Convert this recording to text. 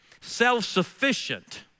self-sufficient